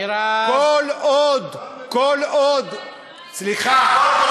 שמענו את זה גם בפעם שעברה.